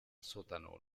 sótano